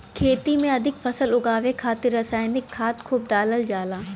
खेती में अधिक फसल उगावे खातिर रसायनिक खाद खूब डालल जाला